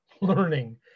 learning